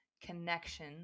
connection